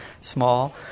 small